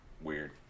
weird